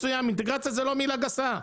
אינטגרציה היא לא מילה גסה.